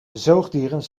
zoogdieren